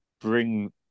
bring